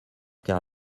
car